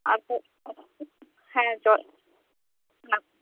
ᱟᱨ ᱠᱷᱟᱡ ᱦᱮᱸ ᱡᱚᱨ ᱦᱮᱸ